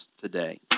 today